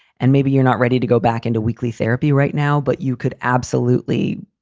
and maybe you're not ready to go back into weekly therapy right now, but you could absolutely,